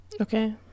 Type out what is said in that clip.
Okay